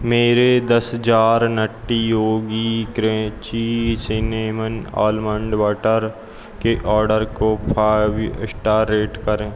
मेरे दस jar nutty Yogi crunchy cinnamon almond butter के ऑर्डर को फाइव स्टार रेट करें